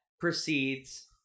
proceeds